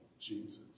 Jesus